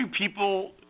people